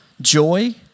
Joy